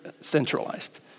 centralized